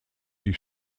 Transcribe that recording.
die